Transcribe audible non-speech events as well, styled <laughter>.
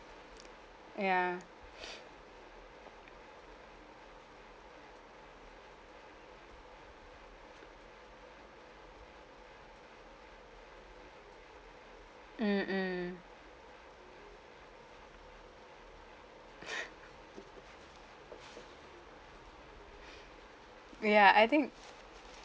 ya <noise> mm mm <laughs> ya I think